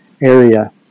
area